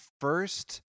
first